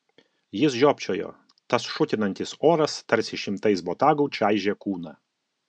jis žiopčiojo tas šutinantis oras tarsi šimtais botagų čaižė kūną